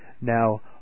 Now